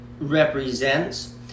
represents